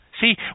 See